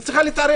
היא צריכה להתערב.